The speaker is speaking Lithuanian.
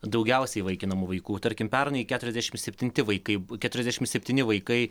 daugiausiai įvaikinamų vaikų tarkim pernai keturiasdešimt septinti vaikai keturiasdešim septyni vaikai